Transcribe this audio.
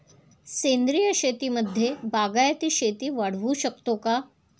सेंद्रिय शेतीमध्ये बागायती शेती वाढवू शकतो का?